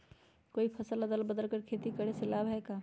कोई फसल अदल बदल कर के खेती करे से लाभ है का?